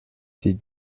die